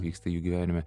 vyksta jų gyvenime